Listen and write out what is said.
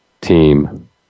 team